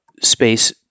space